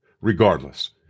Regardless